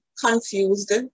confused